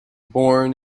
born